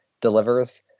delivers